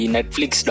Netflix